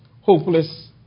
hopeless